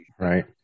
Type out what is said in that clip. Right